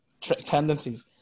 tendencies